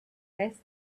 less